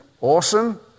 awesome